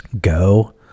go